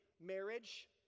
Marriage